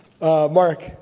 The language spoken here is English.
Mark